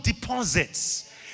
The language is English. deposits